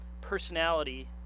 personality